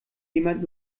jemand